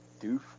doof